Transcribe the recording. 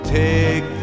take